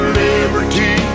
liberty